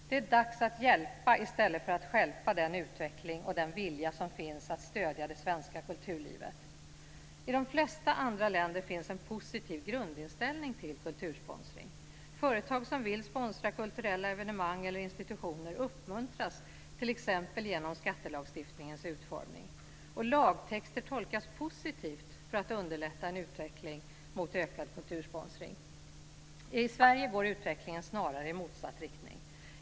Det är dags att hjälpa i stället för att stjälpa den utveckling och den vilja som finns att stödja det svenska kulturlivet. I de flesta andra länder finns en positiv grundinställning till kultursponsring. Företag som vill sponsra kulturella evenemang eller institutioner uppmuntras, t.ex. genom skattelagstiftningens utformning. Lagtexter tolkas positivt för att underlätta en utveckling mot ökad kultursponsring. I Sverige går utvecklingen snarare i motsatt riktning.